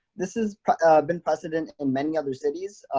this has been precedent in many other cities,